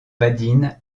badine